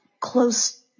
close